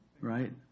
right